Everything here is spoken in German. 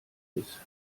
ist